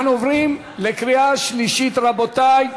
אנחנו עוברים לקריאה שלישית, רבותי.